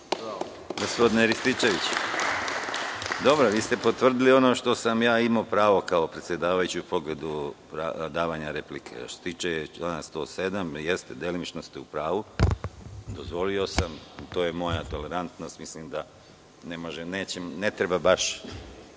vi ste potvrdili ono našta sam ja imao pravo kao predsedavajući u pogledu davanja replike. Što se tiče člana 107. delimično ste u pravu i dozvolio sam i to je moja tolerantnost, jer ne treba baš